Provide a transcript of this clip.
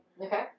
Okay